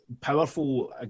powerful